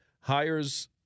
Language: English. hires